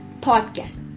podcast